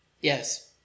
Yes